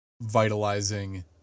vitalizing